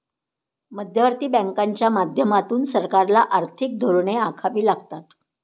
मध्यवर्ती बँकांच्या माध्यमातून सरकारला आर्थिक धोरणे आखावी लागतात